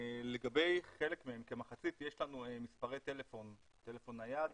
לגבי חלק מהם, כמחצית, יש לנו מספרי טלפון נייד,